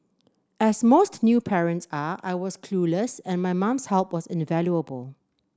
as most new parents are I was clueless and my mum's help was invaluable